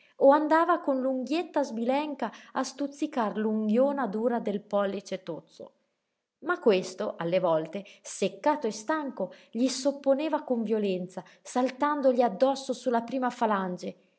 o andava con l'unghietta sbilenca a stuzzicar l'unghiona dura del pollice tozzo ma questo alle volte seccato e stanco gli s'opponeva con violenza saltandogli addosso su la prima falange